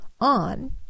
on